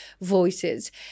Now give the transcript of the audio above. voices